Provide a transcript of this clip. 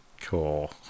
Cool